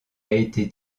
été